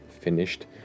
finished